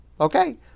Okay